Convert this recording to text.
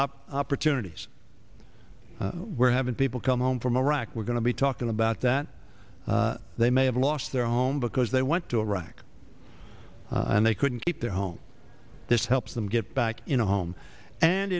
homeowners opportunities where having people come home from iraq we're going to be talking about that they may have lost their home because they went to iraq and they couldn't keep their homes this helps them get back in a home and